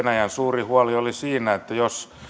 venäjän suurin huoli oli siinä että jos